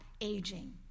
aging